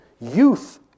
Youth